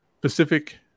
Pacific